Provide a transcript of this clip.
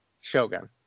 Shogun